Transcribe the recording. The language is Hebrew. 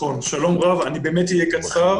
שלום רב, אני באמת אהיה קצר,